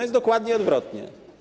Jest dokładnie odwrotnie.